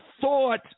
thought